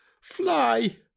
fly